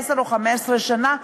עשר או 15 שנה,